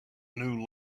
new